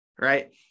Right